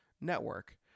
Network